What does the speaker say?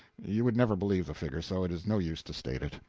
you would never believe the figure, so it is no use to state it.